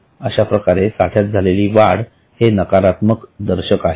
अशाप्रकारे साठ्यात झालेली वाढ हे नकारात्मक दर्शक आहे